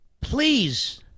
Please